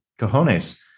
cojones